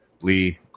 Lee